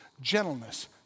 gentleness